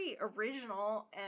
original